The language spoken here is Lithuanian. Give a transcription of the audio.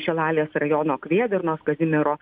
šilalės rajono kvėdarnos kazimiero